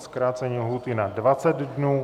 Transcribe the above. Zkrácení lhůty na 20 dnů.